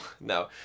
No